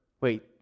Wait